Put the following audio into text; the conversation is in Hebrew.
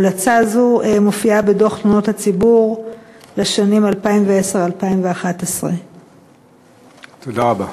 המלצה זו מופיעה בדוח תלונות הציבור לשנים 2010 2011. תודה רבה.